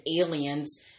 aliens